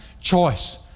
Choice